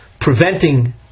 preventing